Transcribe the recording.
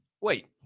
Wait